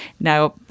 Now